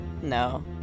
No